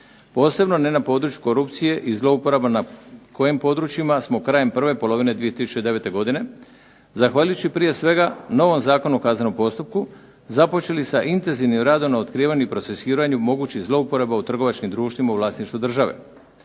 Posebno ne na području korupcije i zlouporaba na kojim područjima smo krajem prve polovine 2009. godine, zahvaljujući prije svega novom Zakonu o kaznenom postupku, započeli sa intenzivnim radom na otkrivanju i procesuiranju mogućih zlouporaba u trgovačkim društvima u vlasništvu države.